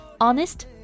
honest